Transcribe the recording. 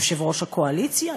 יושב-ראש הקואליציה,